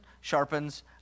sharpens